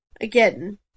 again